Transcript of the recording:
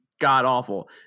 god-awful